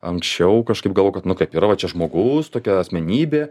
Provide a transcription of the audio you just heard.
anksčiau kažkaip galvojau kad nu kaip yra va čia žmogus tokia asmenybė